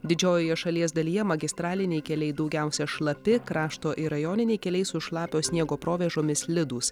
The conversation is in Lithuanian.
didžiojoje šalies dalyje magistraliniai keliai daugiausia šlapi krašto ir rajoniniai keliai su šlapio sniego provėžomis slidūs